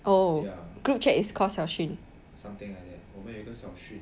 oh group chat is called 小群